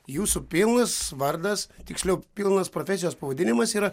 jūsų pilnas vardas tiksliau pilnas profesijos pavadinimas yra